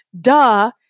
duh